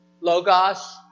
Logos